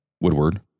Woodward